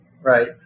right